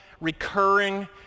recurring